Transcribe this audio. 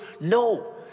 no